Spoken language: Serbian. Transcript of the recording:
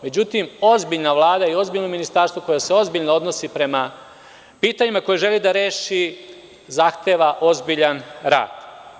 Međutim, ozbiljna Vlada, ozbiljno ministarstvo, koje se ozbiljno odnosi prema pitanjima koje želi da reši zahteva ozbiljan rad.